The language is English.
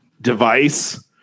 device